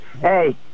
Hey